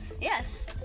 Yes